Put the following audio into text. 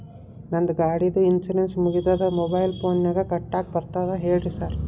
ನಂದ್ ಗಾಡಿದು ಇನ್ಶೂರೆನ್ಸ್ ಮುಗಿದದ ಮೊಬೈಲ್ ಫೋನಿನಾಗ್ ಕಟ್ಟಾಕ್ ಬರ್ತದ ಹೇಳ್ರಿ ಸಾರ್?